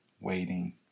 waiting